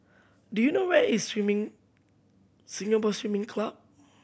do you know where is Swimming Singapore Swimming Club